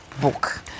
book